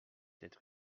être